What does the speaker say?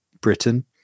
Britain